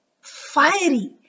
fiery